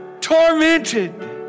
tormented